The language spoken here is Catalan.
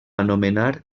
anomenar